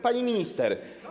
Pani Minister!